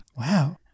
Wow